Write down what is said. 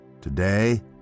Today